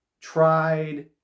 tried